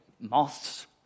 moths